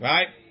Right